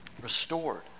restored